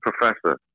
professor